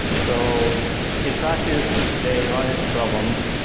so in practice, they run into problems,